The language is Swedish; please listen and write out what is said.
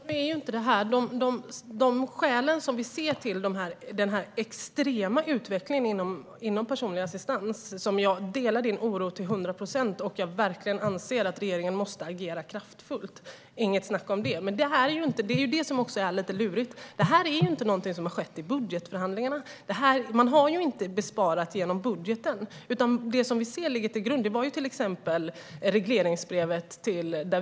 Herr talman! När det gäller den extrema utvecklingen i fråga om personlig assistans delar jag din oro till 100 procent och anser verkligen att regeringen måste agera kraftfullt - inget snack om det. Men det som är lite lurigt är att detta inte är något som har skett i budgetförhandlingarna. Man har inte sparat genom budgeten, utan det som ligger till grund är till exempel regleringsbrevet.